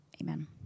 Amen